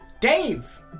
Dave